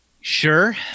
Sure